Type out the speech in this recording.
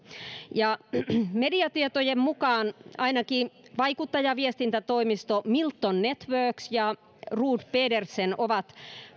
mediatietojen mukaan ainakin vaikuttajaviestintätoimistot miltton networks ja rud pedersen ovat